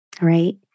Right